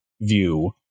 view